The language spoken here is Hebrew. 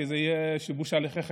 כי זה יהיה שיבוש הליכי חקירה,